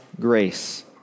grace